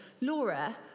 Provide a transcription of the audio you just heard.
Laura